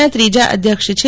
ના ત્રીજા અધ્યક્ષ છે